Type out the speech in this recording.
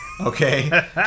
Okay